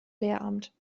lehramt